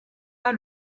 pas